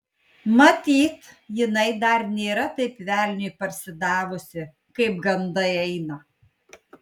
matyt jinai dar nėra taip velniui parsidavusi kaip gandai eina